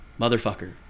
motherfucker